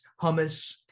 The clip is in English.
hummus